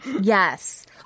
Yes